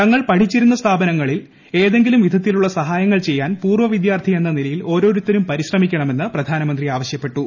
തങ്ങൾ പഠിച്ചിരുന്ന സ്ഥാപനങ്ങളിൽ ഏതെങ്കിലും വിധത്തിലുള്ള സഹായങ്ങൾ ചെയ്യാൻ പൂർവ്വ വിദ്യാർത്ഥി എന്ന നിലയിൽ ഓരോരുത്തരും പരിശ്രമിക്കണമെന്ന് പ്രധാനമന്ത്രി ആവശ്യപ്പെട്ടു